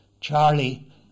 Charlie